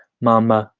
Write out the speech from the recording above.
momma,